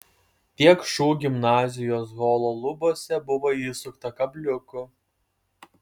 tiek šu gimnazijos holo lubose buvo įsukta kabliukų